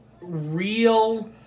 real